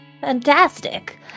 Fantastic